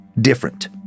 different